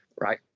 Right